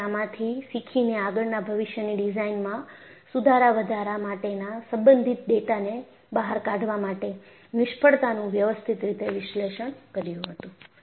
તેઓએ આમાંથી સીખીને આગળના ભવિષ્યની ડિઝાઇનમાં સુધારા વધારા માટેના સંબંધિત ડેટાને બહાર કાઢવા માટે નિષ્ફળતાનું વ્યવસ્થિત રીતે વિશ્લેષણ કર્યું હતું